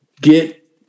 Get